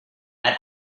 that